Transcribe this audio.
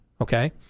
Okay